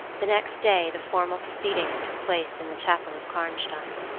the next day the formal proceedings took place in the chapel of karnstein.